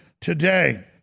today